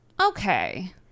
Okay